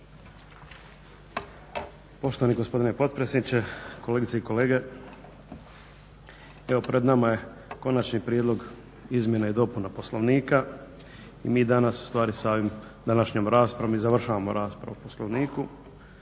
Poštovani gospodine potpredsjedniče, kolegice i kolege. Evo pred nama je Konačni prijedlog izmjena i dopuna Poslovnika. I mi danas ustvari sa ovom današnjom raspravom i završavamo raspravu o Poslovniku